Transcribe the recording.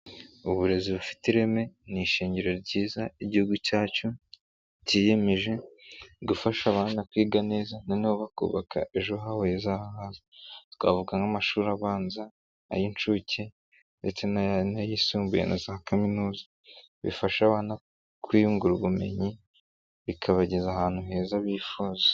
Uburezi bufite ireme ni ishingiro ryiza Igihugu cyacu kiyemeje gufasha abana kwiga neza noneho bakubaka ejo habo heza hazaza, twavuga nk'amashuri abanza, ay'inshuke ndetse n'ayisumbuye na za kaminuza, bifasha abana kwiyungura ubumenyi bikabageza ahantu heza bifuza.